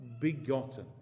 begotten